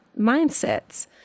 mindsets